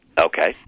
Okay